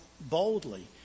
boldly